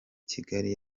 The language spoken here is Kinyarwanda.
kigali